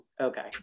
Okay